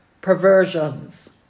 perversions